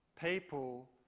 people